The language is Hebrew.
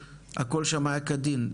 ואם הכל שם היה כדין.